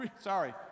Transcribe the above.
sorry